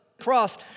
Cross